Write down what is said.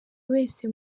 wese